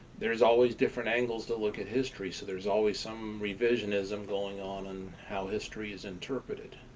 there's always different angles to look at history, so there's always some revisionism going on, and how history is interpreted.